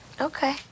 Okay